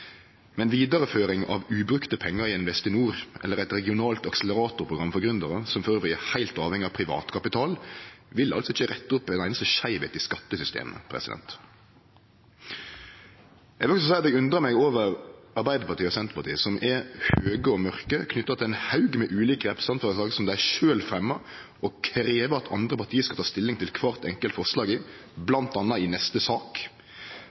Men vidareføring av ubrukte pengar i Investinor eller eit regionalt akseleratorprogram for gründerar, som dessutan er heilt avhengig av privat kapital, vil altså ikkje rette opp ei einaste skeivheit i skattesystemet. Eg vil faktisk seie at eg undrar meg over Arbeidarpartiet og Senterpartiet. Dei er høge og mørke knytt til ein haug med ulike representantforslag som dei sjølve fremjar og krev at andre parti skal ta stilling til kvart enkelt forslag i, bl.a. i neste sak,